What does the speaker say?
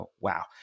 Wow